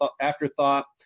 afterthought